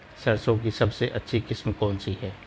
सरसों की सबसे अच्छी किस्म कौन सी है?